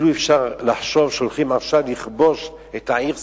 אפשר לחשוב שכאילו הולכים עכשיו לכבוש את העיר סילואן,